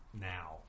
now